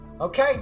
Okay